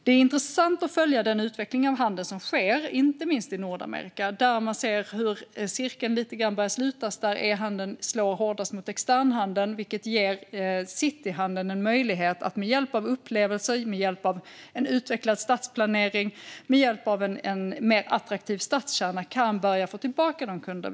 Det är intressant att följa den utveckling av handeln som sker inte minst i Nordamerika, där cirkeln lite grann börjar slutas och e-handeln slår hårdast mot externhandeln, vilket ger cityhandeln en möjlighet att med hjälp av upplevelser, en utvecklad stadsplanering och en mer attraktiv stadskärna börja få tillbaka kunderna.